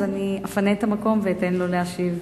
אז אני אפנה את המקום ואתן לו להשיב.